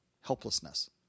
helplessness